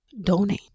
donate